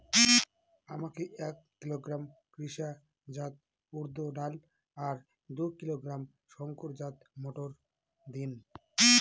আমাকে এক কিলোগ্রাম কৃষ্ণা জাত উর্দ ডাল আর দু কিলোগ্রাম শঙ্কর জাত মোটর দিন?